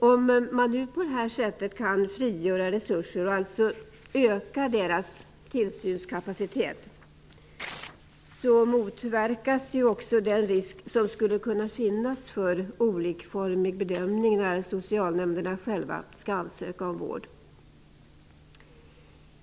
Om man på detta sätt kan frigöra resurser, dvs. öka deras tillsynskapacitet, motverkas också den risk som skulle kunna finnas för olikformig bedömning när socialnämnderna själva skall ansöka om vård.